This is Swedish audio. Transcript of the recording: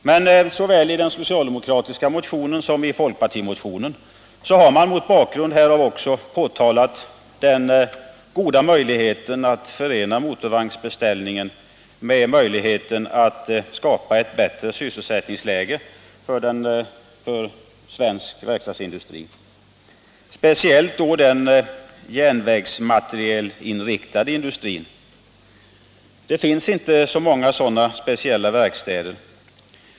Men såväl i den socialdemokratiska motionen som i folkpartimotionen har man mot bakgrund härav också framhållit möjligheten att förena motorvagnsbeställningen med ansträngningar att skapa ett bättre sysselsättningsläge för svensk verkstadsindustri, speciellt då den järnvägsmaterielinriktade industrin. Det finns inte så många sådana speciella verkstäder.